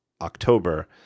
October